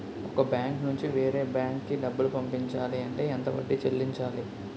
ఒక బ్యాంక్ నుంచి వేరే బ్యాంక్ కి డబ్బులు పంపించాలి అంటే ఎంత వడ్డీ చెల్లించాలి?